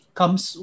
comes